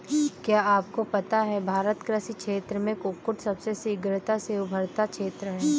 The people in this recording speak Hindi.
क्या आपको पता है भारत कृषि क्षेत्र में कुक्कुट सबसे शीघ्रता से उभरता क्षेत्र है?